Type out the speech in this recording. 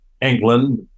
England